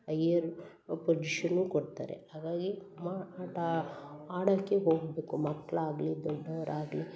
ಐಯ್ಯರ್ ಪೊಜಿಷನ್ನೂ ಕೊಡ್ತಾರೆ ಹಾಗಾಗಿ ಮಾ ಆಟ ಆಡಕ್ಕೆ ಹೋಗಬೇಕು ಮಕ್ಕಳಾಗ್ಲಿ ದೊಡ್ಡವರಾಗ್ಲಿ